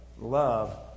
love